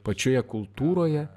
pačioje kultūroje